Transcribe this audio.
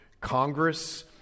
Congress